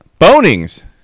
bonings